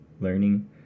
learning